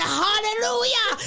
hallelujah